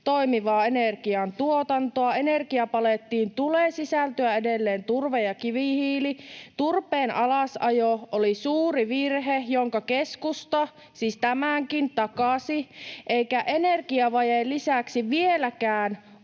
toimivaa energiantuotantoa. Energiapalettiin tulee sisältyä edelleen turve ja kivihiili. Turpeen alasajo oli suuri virhe, jonka keskusta — siis tämänkin — takasi, eikä energiavajeen lisäksi vieläkään